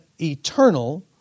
eternal